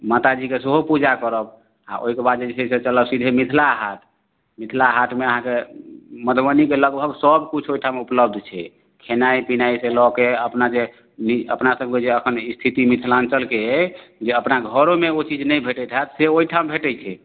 माताजीके सेहो पूजा करब आ ओहिके बाद जे छै से चलब सीधे मिथिला हाट मिथिला हाटमे अहाँके मधुबनीके लगभग सबकिछ ओहिठाम उपलब्ध छै खेनाइ पिनाइ से लऽके अपना जे अपना सबके जे अखन स्थिति मिथिलाञ्चलके अइ जे अपना घरोमे ओ चीज नहि भेटैत हाएत से ओहिठाम भेटैत छै